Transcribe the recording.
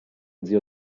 zio